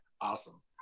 awesome